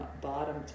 bottom